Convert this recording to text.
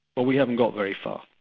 well we haven't got very far.